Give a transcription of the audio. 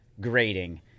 grading